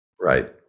Right